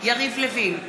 יריב לוין,